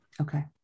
Okay